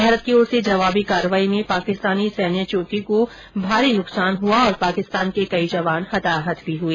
भारत की ओर से जवाबी कार्रवाई में पाकिस्तानी सैन्य चौकी को भारी नुकसान हुआ और पाकिस्तान के कई जवान हताहत हुए